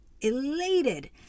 elated